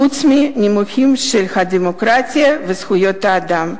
חוץ מנימוקים של הדמוקרטיה וזכויות האדם.